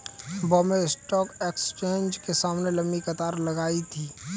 Bombay stock exchange के सामने लंबी कतार लगी थी